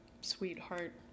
sweetheart